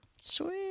Sweet